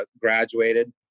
graduated